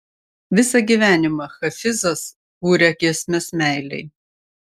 visą gyvenimą hafizas kūrė giesmes meilei